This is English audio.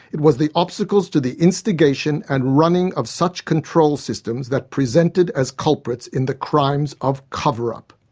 it was the obstacles to the instigation and running of such control systems that presented as culprits in the crimes of cover-up.